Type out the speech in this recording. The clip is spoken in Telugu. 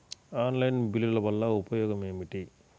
ఆన్లైన్ బిల్లుల వల్ల ఉపయోగమేమిటీ?